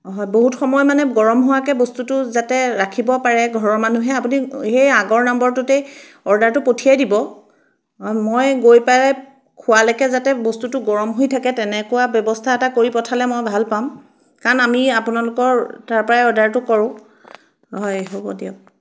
হয় বহুত সময় মানে গৰম হোৱাকৈ বস্তুটো যাতে ৰাখিব পাৰে ঘৰৰ মানুহে আপুনি সেই আগৰ নম্বৰটোতেই অৰ্ডাৰটো পঠিয়াই দিব হয় মই গৈ পাই খোৱালৈকে যাতে বস্তুটো গৰম হৈ থাকে তেনেকুৱা ব্যৱস্থা এটা কৰি পঠালে মই ভাল পাম কাৰণ আমি আপোনালোকৰ তাৰ পৰাই অৰ্ডাৰটো কৰোঁ হয় হ'ব দিয়ক